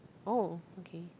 oh okay